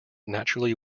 naturally